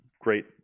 great